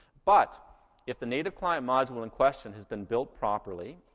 but if the native client module in question has been built properly